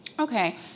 Okay